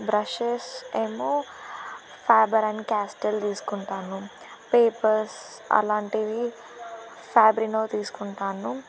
brushes ఏమో Faber and Castell తీసుకుంటాను papers అలాంటివి ఫ్యాబ్రినో తీసుకుంటాను